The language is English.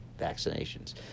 vaccinations